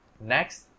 Next